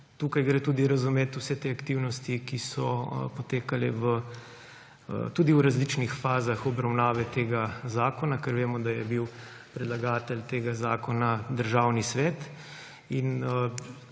Tukaj gre tudi razumeti vse te aktivnosti, ki so potekale tudi v različnih fazah obravnave tega zakona, ker vemo, da je bil predlagatelj tega zakona Državni svet.